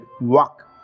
walk